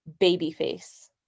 Babyface